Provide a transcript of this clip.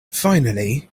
finally